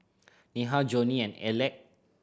Neha Johnie and Aleck